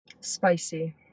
Spicy